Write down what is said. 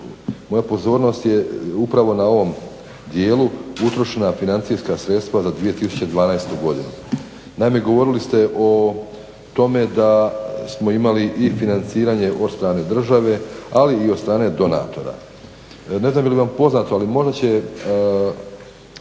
moja pozornost je upravo na ovom dijelu utrošena financijska sredstva za 2012. godinu. Naime govorili ste o tome da smo imali i financiranje od strane države, ali i od strane donatora. Ne znam je li vam poznato, ali možda će